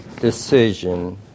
decision